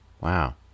Wow